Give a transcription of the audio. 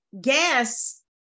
gas